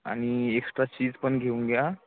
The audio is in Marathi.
आणि एक्स्ट्रा चीज पण घेऊन घ्या